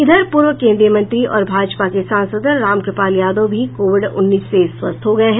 इधर पूर्व केन्द्रीय मंत्री और भाजपा के सांसद रामकृपाल यादव भी कोविड उन्नीस से स्वस्थ हो गये हैं